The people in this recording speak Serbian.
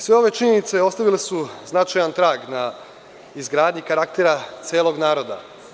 Sve ove činjenice ostavile su značajan trag na izgradnji karaktera celog naroda.